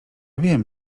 wiem